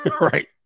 Right